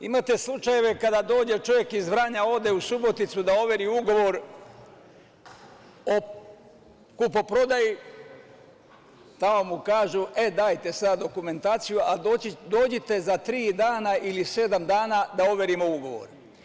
Imate slučajeve kada dođe čovek iz Vranja, ode u Suboticu da overi ugovor o kupoprodaji, tamo mu kažu – dajte sad dokumentaciju, a dođite za tri ili sedam dana da overimo ugovor.